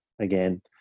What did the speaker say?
again